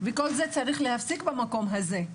וכל זה צריך להפסיק במקום הזה,